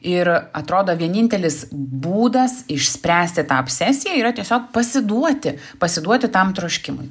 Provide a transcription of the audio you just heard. ir atrodo vienintelis būdas išspręsti tą obsesiją yra tiesiog pasiduoti pasiduoti tam troškimui